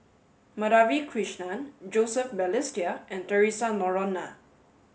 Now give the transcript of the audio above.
Madhavi Krishnan Joseph Balestier and Theresa Noronha